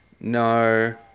no